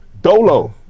Dolo